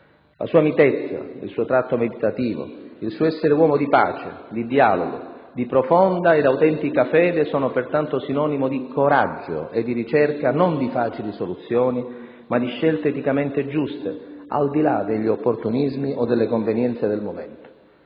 La sua mitezza, il suo tratto meditativo, il suo essere uomo di pace, di dialogo, di profonda e autentica fede, sono pertanto sinonimo di coraggio e di ricerca non di facili soluzioni, ma di scelte eticamente giuste, al di là degli opportunismi o delle convenienze del momento.